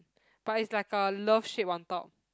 but it's like a love shape on top